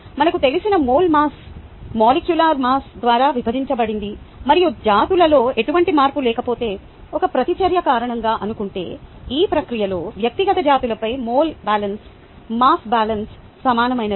మనకు తెలిసిన mole mass molecular mass ద్వారా విభజించబడింది మరియు జాతులలో ఎటువంటి మార్పు లేకపోతే ఒక ప్రతిచర్య కారణంగా అనుకుంటే ఈ ప్రక్రియలో వ్యక్తిగత జాతులపై మోల్ బ్యాలెన్స్ మాస్ బ్యాలెన్స్ సమానమైనవి